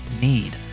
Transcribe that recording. need